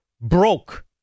broke